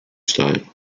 style